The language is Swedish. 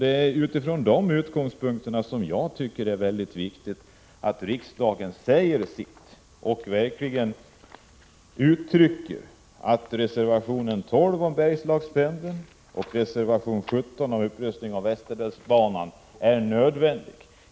Det är utifrån de utgångspunkterna som jag tycker att det är viktigt att riksdagen säger sin mening och verkligen uttrycker att kraven i reservation 12 om Bergslagspendeln och i reservation 17 om upprustning av Västerdalsbanan är berättigade.